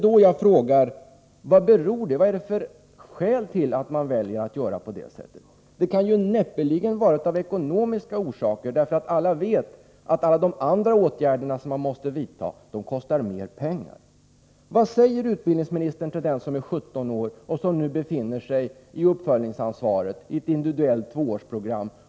Min fråga är: Vad är skälet till att man väljer att göra på det sättet? Det kan näppeligen vara ekonomiska orsaker, för vi vet ju att alla andra åtgärder som man måste vidta kostar mer pengar. Vad säger utbildningsministern till den som är 17 år och som nu befinner sig i uppföljningsansvaret i ett individuellt tvåårsprogram?